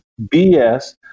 BS